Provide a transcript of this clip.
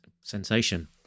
sensation